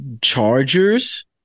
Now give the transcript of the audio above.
Chargers